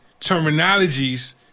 terminologies